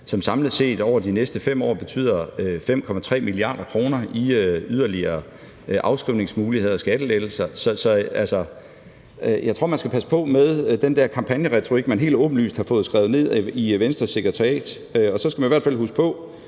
som samlet set over de næste 5 år betyder 5,3 mia. kr. yderligere til afskrivningsmuligheder og skattelettelser. Så altså, jeg tror, man skal passe på med den der kampagneretorik, som man helt åbenlyst har fået skrevet ned i Venstres sekretariat. Og så skal man i hvert fald huske på,